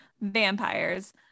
vampires